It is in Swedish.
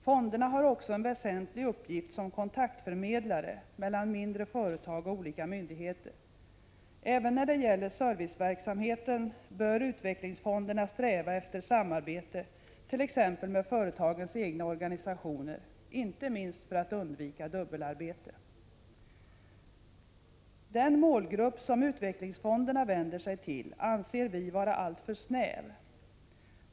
Fonderna har också en väsentlig uppgift som kontaktförmedlare mellan mindre företag och olika myndigheter. Även när det gäller serviceverksamheten bör utvecklingsfonderna sträva efter samarbete med t.ex. företagens egna organisationer, inte minst för att undvika dubbelarbete. Den målgrupp som utvecklingsfonderna vänder sig till anser vi vara alltför snäv.